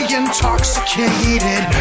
intoxicated